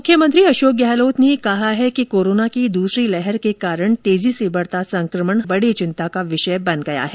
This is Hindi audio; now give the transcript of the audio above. मुख्यमंत्री अशोक गहलोत ने कहा है कि कोरोना की दूसरी लहर के कारण तेजी से बढ़ता संक्रमण बड़ी चिंता का विषय बन गया है